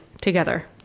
together